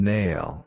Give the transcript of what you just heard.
Nail